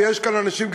ויש כאן אנשים,